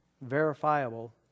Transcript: verifiable